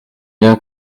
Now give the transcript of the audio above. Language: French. bien